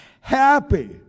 Happy